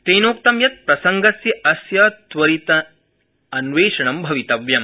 तेनोक्तं यत् प्रसङ्गस्य अस्य त्वरितान्वेक्षणं भवितव्यम्